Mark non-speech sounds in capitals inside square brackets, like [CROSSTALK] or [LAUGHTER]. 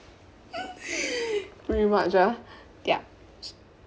[LAUGHS] pretty much ah ya